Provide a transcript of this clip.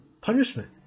punishment